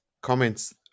comments